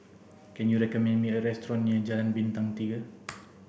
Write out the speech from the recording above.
can you recommend me a restaurant near Jalan Bintang Tiga